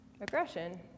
aggression